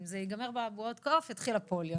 אם ייגמר אבעבועות הקוף יתחיל הפוליו.